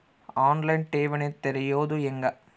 On line ಠೇವಣಿ ತೆರೆಯೋದು ಹೆಂಗ?